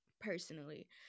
personally